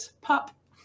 Pup